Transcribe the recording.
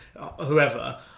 whoever